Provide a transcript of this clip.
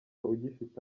ugifite